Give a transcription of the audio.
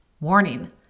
warning